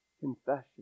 confession